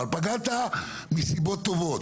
אבל פגעת מסיבות טובות,